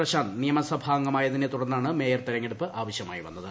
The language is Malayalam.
പ്രശാന്ത് നിയമസഭാംഗമായതിനെ തുടർന്നാണ് മേയർ തെരഞ്ഞെടുപ്പ് ആവശ്യമായി വന്നത്